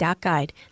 Guide